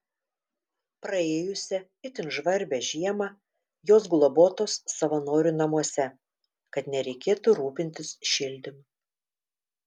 praėjusią itin žvarbią žiemą jos globotos savanorių namuose kad nereikėtų rūpintis šildymu